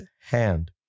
hand